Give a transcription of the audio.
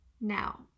Now